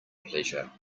pleasure